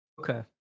okay